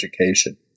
education